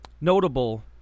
notable